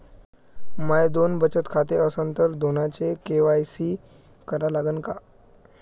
माये दोन बचत खाते असन तर दोन्हीचा के.वाय.सी करा लागन का?